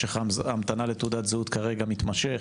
משך ההמתנה לתעודת זהות כרגע מתמשך,